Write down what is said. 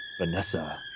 Vanessa